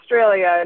Australia